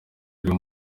akaba